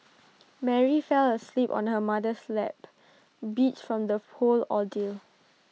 Mary fell asleep on her mother's lap beat from the whole ordeal